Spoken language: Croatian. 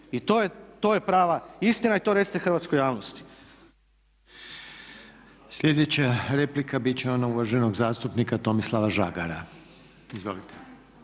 I to je prava istina i to recite hrvatskoj javnosti. **Reiner, Željko (HDZ)** Sljedeća replika biti će ona uvaženog zastupnika Tomislava Žagara. Izvolite.